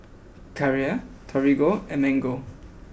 Carrera Torigo and Mango